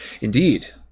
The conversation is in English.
Indeed